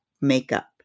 makeup